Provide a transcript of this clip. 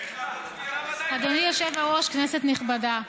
אדוני היושב-ראש, כנסת נכבדה,